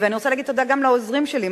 ואני רוצה להגיד תודה גם לעוזרים שלי,